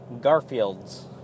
Garfield's